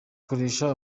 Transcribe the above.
koresha